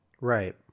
Right